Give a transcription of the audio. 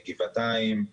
גבעתיים,